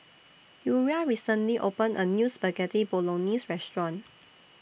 Uriah recently opened A New Spaghetti Bolognese Restaurant